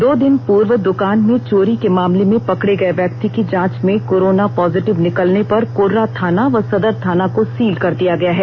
दो दिन पर्व दकान में चोरी के मामले में पकड़े गए व्यक्ति की जांच में कोरोना पॉजिटिव निकलने पर कोर्रा थाना व सदर थाना को सील कर दिया गया है